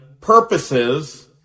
purposes